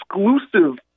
exclusive